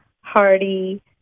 hearty